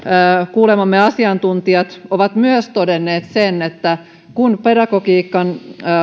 kuulemamme asiantuntijat ovat todenneet sen että kun pedagogiikan